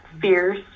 fierce